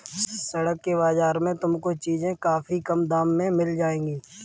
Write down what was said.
सड़क के बाजार में तुमको चीजें काफी कम दाम में मिल जाएंगी